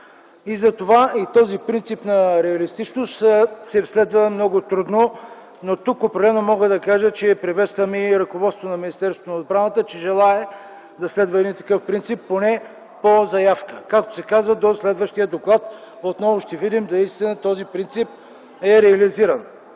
им. Този принцип на реалистичност се следва много трудно, но тук определено мога да кажа, че приветствам и ръководството на Министерството на отбраната, че желае да следва един такъв принцип, поне по заявка. Както се казва: в следващия доклад ще видим дали наистина този принцип е реализиран.